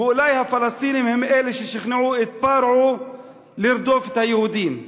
ואולי הפלסטינים הם ששכנעו את פרעה לרדוף את היהודים.